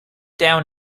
down